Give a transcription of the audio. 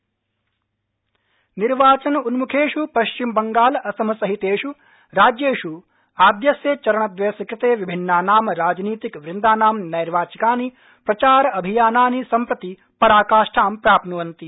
निर्वाचन अपडेट निर्वाचनोन्म्खेष् पथ्चिमबंगाल असम सहितेष् राज्येष् आद्यस्य चरणद्रयस्य कृते विभिन्नानां राजनीतिकवृन्दानां नैर्वाचिकानि प्रचाराभियानानि सम्प्रति पराकाष्ठां प्राप्न्वन्ति